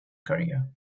career